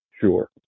Sure